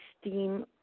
steam